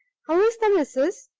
how is the missus?